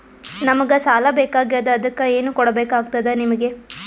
ನಮಗ ಸಾಲ ಬೇಕಾಗ್ಯದ ಅದಕ್ಕ ಏನು ಕೊಡಬೇಕಾಗ್ತದ ನಿಮಗೆ?